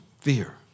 fear